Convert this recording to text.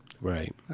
Right